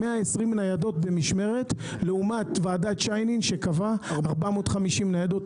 120 ניידות במשמרת לעומת ועדת שיינין שקבעה 450 ניידות.